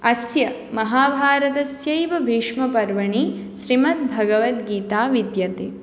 अस्य महाभारतस्यैव भीष्मपर्वणि श्रीमद्भगवद्गीता विद्यते